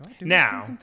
Now